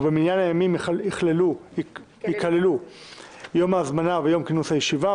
במניין הימים ייכללו יום ההזמנה ויום כינוס הישיבה,